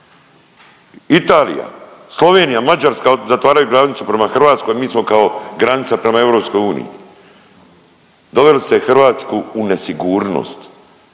Italija, Slovenija, Mađarska zatvaraju granicu prema Hrvatskoj, mi smo kao granica prema Europskoj uniji. Doveli ste Hrvatsku u nesigurnost